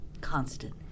constant